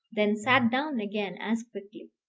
then sat down again as quickly.